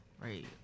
Right